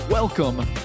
Welcome